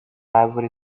árvore